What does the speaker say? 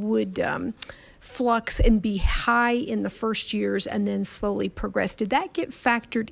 would flux and be high in the first years and then slowly progressed did that get factored